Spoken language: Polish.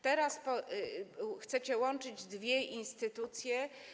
Teraz chcecie łączyć dwie instytucje.